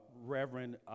Reverend